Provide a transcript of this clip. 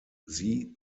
sie